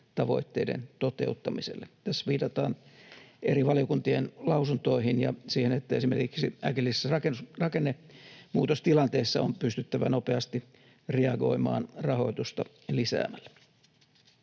tavoitteiden toteuttamiselle. Tässä viitataan eri valiokuntien lausuntoihin ja siihen, että esimerkiksi äkillisissä rakennemuutostilanteissa on pystyttävä nopeasti reagoimaan rahoitusta lisäämällä.